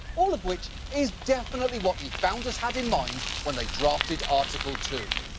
all of which is definitely what the founders had in mind when they drafted article two.